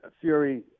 Fury